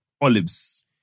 olives